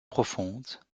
profonde